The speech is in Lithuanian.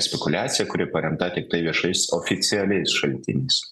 spekuliacija kuri paremta tiktai viešais oficialiais šaltiniais